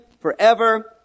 forever